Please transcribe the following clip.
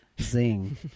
zing